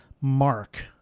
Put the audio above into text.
mark